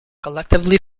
collectively